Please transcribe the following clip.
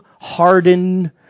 hardened